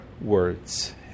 words